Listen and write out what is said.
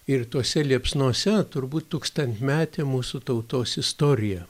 ir tose liepsnose turbūt tūkstantmetė mūsų tautos istorija